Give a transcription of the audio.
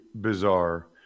bizarre